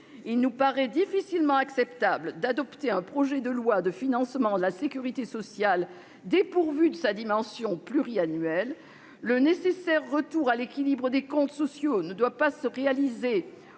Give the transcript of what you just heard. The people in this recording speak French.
Il nous paraît difficilement acceptable d'adopter un projet de loi de financement de la sécurité sociale dépourvu de sa dimension pluriannuelle. Le nécessaire retour à l'équilibre des comptes sociaux ne doit pas se réaliser